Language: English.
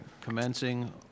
commencing